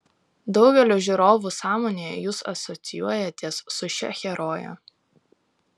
daugelio žiūrovų sąmonėje jūs asocijuojatės su šia heroje